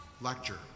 lecture